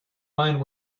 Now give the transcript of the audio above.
mind